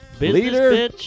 Leader